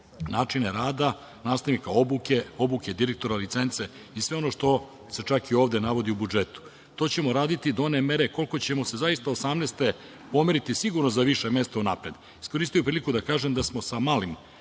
načine rada, nastavnika obuke, direktora licence i sve ono što se čak i ovde navodi u budžetu. To ćemo raditi do one mere koliko ćemo se zaista 2018. godine pomeriti sigurno za više mesta unapred. Iskoristio bih priliku da kažem da smo sa malim